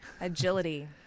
Agility